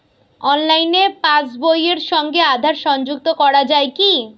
অনলাইনে পাশ বইয়ের সঙ্গে আধার সংযুক্তি করা যায় কি?